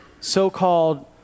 so-called